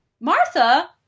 Martha